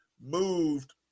moved